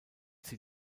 sie